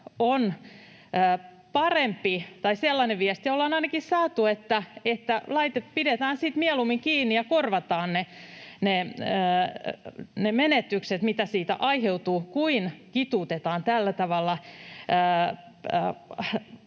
sellainen viesti ollaan saatu — että pidetään sitten mieluummin kiinni ja korvataan ne menetykset, mitä siitä aiheutuu, kuin kituutetaan tällä tavalla